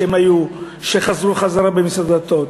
שהם חזרו חזרה למשרד הדתות.